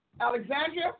Alexandria